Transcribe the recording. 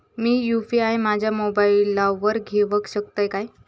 मी UPI माझ्या मोबाईलावर घेवक शकतय काय?